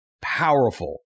powerful